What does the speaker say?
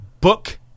Book